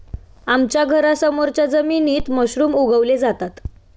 आमच्या घरासमोरच्या जमिनीत मशरूम उगवले जातात